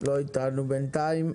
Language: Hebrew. לא איתנו, בינתיים.